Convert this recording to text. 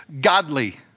godly